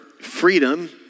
freedom